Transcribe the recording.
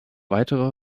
weitere